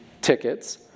tickets